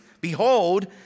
behold